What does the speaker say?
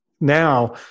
now